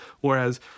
whereas